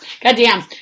Goddamn